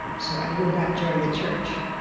so i would not join the church.